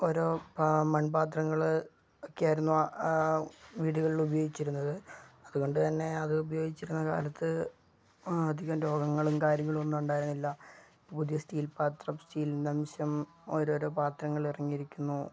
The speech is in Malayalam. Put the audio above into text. ഓരോ മൺപാത്രങ്ങള് ഒക്കെയായിരുന്നു ആ വീടുകളിൽ ഉപയോഗിച്ചിരുന്നത് അതുകൊണ്ട് തന്നെ അത് ഉപയോഗിച്ചിരുന്ന കാലത്ത് അധികം രോഗങ്ങളും കാര്യങ്ങളും ഒന്നും ഉണ്ടായിരുന്നില്ല പുതിയ സ്റ്റീൽ പാത്രം സ്റ്റീലിൻ്റെ അംശം ഓരോരോ പാത്രങ്ങളിൽ ഇറങ്ങിയിരുന്നു